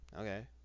okay